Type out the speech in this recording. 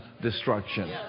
destruction